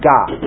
God